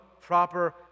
proper